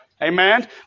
Amen